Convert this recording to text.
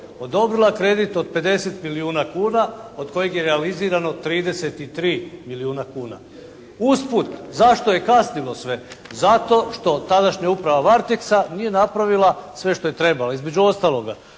odobrila kredit od 50 milijuna kuna od kojeg je realizirano 33 milijuna kuna. Usput zašto je kasnilo sve? Zato što tadašnja uprav "Varteksa" nije napravila sve što je trebalo. Između ostaloga,